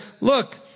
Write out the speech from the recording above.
Look